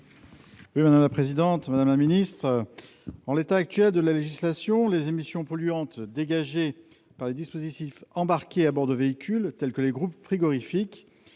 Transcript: : La parole est à M. Patrick Chaize. En l'état actuel de la législation, les émissions polluantes dégagées par les dispositifs embarqués à bord des véhicules, tels que les groupes frigorifiques